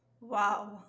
Wow